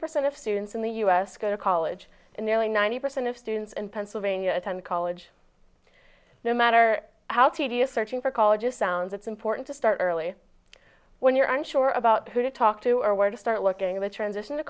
percent of students in the u s go to college and nearly ninety percent of students in pennsylvania attend college no matter how tedious searching for colleges sounds it's important to start early when you're unsure about who to talk to or where to start looking at the transition to